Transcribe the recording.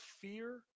fear